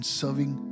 serving